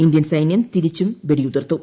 Indian സൈന്യം തിരിച്ചും വെടി ഉതിർത്തു